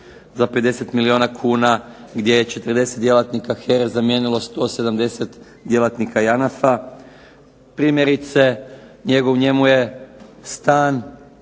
za 50 milijuna kuna, gdje je 40 djelatnika HERA-e zamijenilo 170 djelatnika JANAF-a. Primjerice njegov, njemu je stan